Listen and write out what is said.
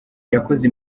yakoze